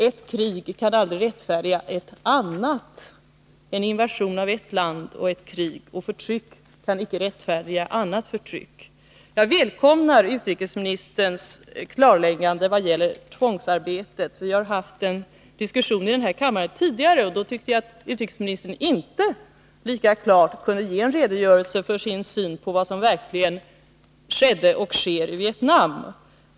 Ett krig kan aldrig rättfärdiga ett annat, en invasion av ett visst land och krig och förtryck kan inte rättfärdiga annat förtryck. Jag välkomnar utrikesministerns klarläggande vad gäller tvångsarbete. Vi har haft en diskussion om detta i den här kammaren tidigare, och jag tyckte då att utrikesministern inte lika klart kunde redogöra för sin syn på vad som verkligen skedde och sker i Vietnam.